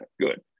Good